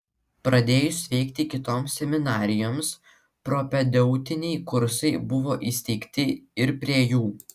pradėjus veikti kitoms seminarijoms propedeutiniai kursai buvo įsteigti ir prie jų